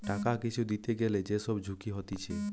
টাকা কিছু দিতে গ্যালে যে সব ঝুঁকি হতিছে